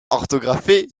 orthographié